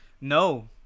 No